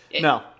No